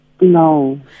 No